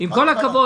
עם כל הכבוד,